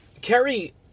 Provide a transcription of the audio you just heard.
Kerry